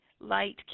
light